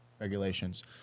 regulations